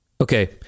Okay